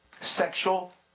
Sexual